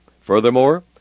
Furthermore